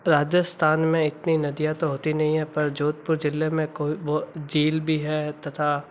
राजस्थान में इतनी नदियाँ तो होती नहीं है पर जोधपुर ज़िले में को बो झील भी है तथा